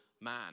man